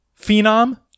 phenom